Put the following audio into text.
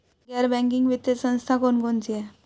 गैर बैंकिंग वित्तीय संस्था कौन कौन सी हैं?